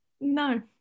No